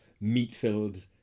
meat-filled